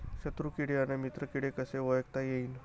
शत्रु किडे अन मित्र किडे कसे ओळखता येईन?